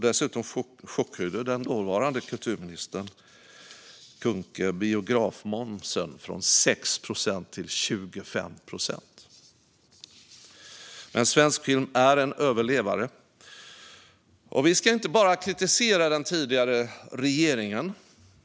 Dessutom chockhöjde hon biografmomsen från 6 till 25 procent. Men svensk film är en överlevare, och vi ska inte bara kritisera den tidigare regeringen.